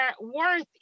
worth